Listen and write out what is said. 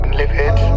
livid